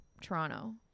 Toronto